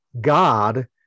god